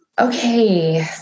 Okay